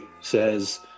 says